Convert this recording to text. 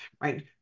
right